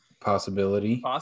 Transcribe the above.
possibility